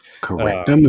Correct